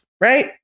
Right